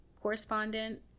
correspondent